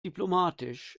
diplomatisch